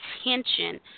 attention